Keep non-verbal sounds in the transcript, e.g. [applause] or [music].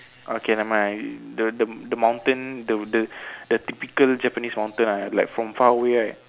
okay never mind the the the mountain the the [breath] the typical Japanese mountain ah like from far away right